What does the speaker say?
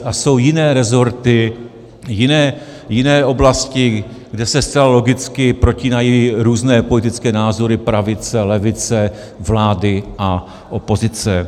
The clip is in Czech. A jsou jiné rezorty, jiné oblasti, kde se zcela logicky protínají různé politické názory pravice, levice, vlády a opozice.